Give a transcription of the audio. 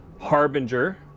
Harbinger